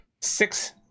Six